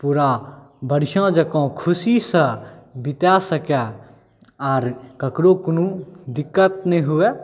पुरा वर्षा जकाँ खुशीसँ बिता सकै आरो ककरो कोनो दिक्कत नहि हुए